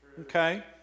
Okay